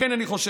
לכן אני חושב